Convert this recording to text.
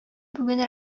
бүген